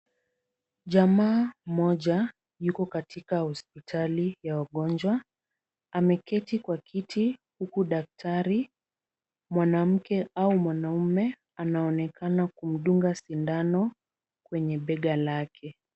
Jamaa mmoja yuko katika hospitali ya wagonjwa. Ameketi kwa kiti huku daktari mwanamke au mwanamume, anaonekana kumdunga sindano kwenye bega lake.